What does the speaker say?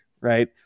right